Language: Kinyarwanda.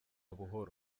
buhoro